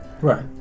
Right